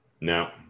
No